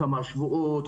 כמה שבועות,